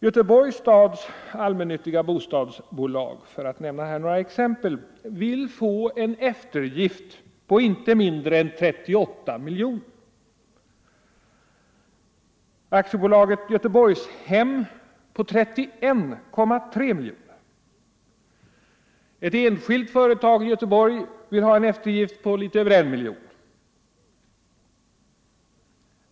Göteborgs stads allmännyttiga bostadsbolag vill få en eftergift på inte mindre än 38 miljoner, AB Göteborgshem 31,3 miljoner, ett enskilt företag i Göteborg vill få en eftergift på litet över 1 miljon, för att nämna några exempel.